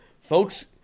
folks